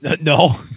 No